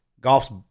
golf's